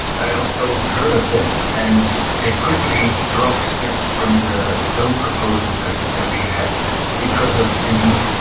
i also heard of this and they quickly dropped this from the bill proposals that but they had because of, indeed,